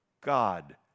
God